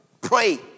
Pray